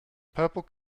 purple